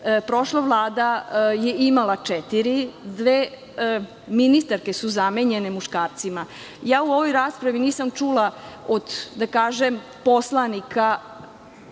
Prošla Vlada je imala četiri, dve ministarke su zamenjene muškarcima. Ja u ovoj raspravi nisam čula od, da kažem poslanika,